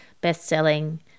best-selling